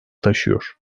taşıyor